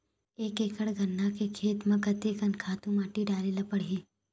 एक एकड़ गन्ना के खेती म कते कन खातु माटी डाले ल पड़ही?